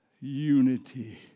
unity